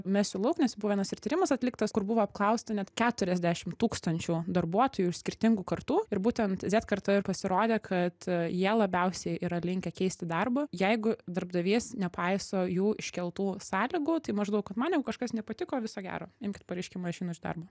mesiu lauk nes buvo vienas ir tyrimas atliktas kur buvo apklausti net keturiasdešim tūkstančių darbuotojų iš skirtingų kartų ir būtent z karta ir pasirodė kad jie labiausiai yra linkę keisti darbą jeigu darbdavys nepaiso jų iškeltų sąlygų tai maždaug kad man jeigu kažkas nepatiko viso gero imkit pareiškimą išeinu iš darbo